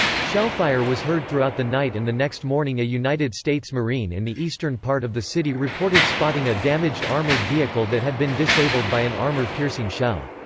shellfire was heard throughout the night and the next morning a united states marine in the eastern part of the city reported spotting a damaged armored vehicle that had been disabled by an armor-piercing shell.